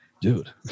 Dude